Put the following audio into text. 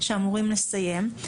שאמורים לסיים,